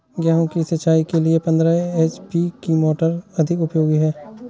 गेहूँ सिंचाई के लिए पंद्रह एच.पी की मोटर अधिक उपयोगी है?